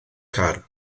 car